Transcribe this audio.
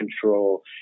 control